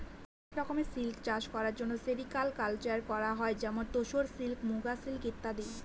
অনেক রকমের সিল্ক চাষ করার জন্য সেরিকালকালচার করা হয় যেমন তোসর সিল্ক, মুগা সিল্ক ইত্যাদি